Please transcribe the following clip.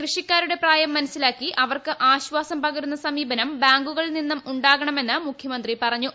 കൃഷിക്കാരുടെ പ്രയാസം മനസ്സിലാക്കി അവർക്ക് ആശ്ചാസും പ്ലൂപകരുന്ന സമീപനം ബാങ്കുകളിൽ നിന്ന് ഉണ്ടാകണമെന്ന് മൂഖ്യമന്ത്രി പറഞ്ഞു